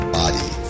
body